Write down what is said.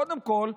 קודם כול,